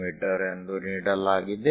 me ಎಂದು ನೀಡಲಾಗಿದೆ